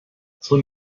schon